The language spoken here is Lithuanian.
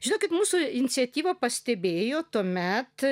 žino kaip mūsų iniciatyvą pastebėjo tuomet